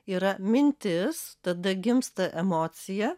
yra mintis tada gimsta emocija